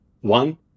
One